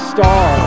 Star